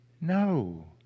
no